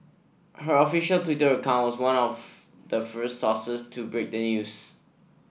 her official Twitter account was one of the first sources to break the news